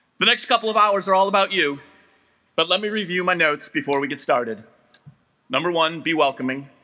the next couple of hours are all about you but let me review my notes before we get started number one be welcoming